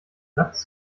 satz